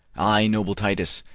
ay, noble titus,